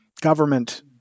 government